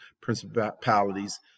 principalities